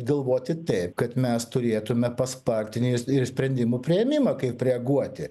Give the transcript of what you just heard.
galvoti taip kad mes turėtume paspartinę ir s ir sprendimų priėmimą kaip reaguoti